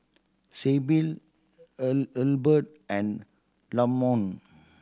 Sybil Hilbert and Lamont